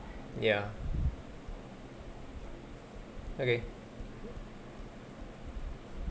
ya okay